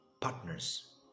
partners